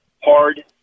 hard